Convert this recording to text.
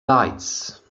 lights